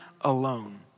alone